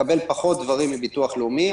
מקבל פחות דברים מביטוח לאומי,